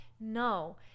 no